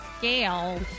scale